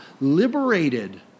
liberated